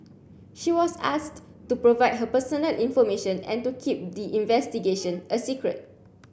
she was asked to provide her personal information and to keep the investigation a secret